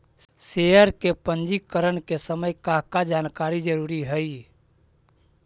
share के पंजीकरण के समय का का जानकारी जरूरी हई